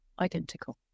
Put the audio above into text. identical